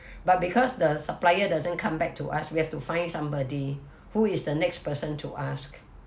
but because the supplier doesn't come back to us we have to find somebody who is the next person to ask